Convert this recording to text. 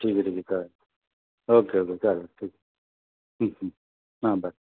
ठीक आहे ठीक आहे चालेल ओके ओके चालेल ठीक हां बाय